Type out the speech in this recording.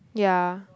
yeah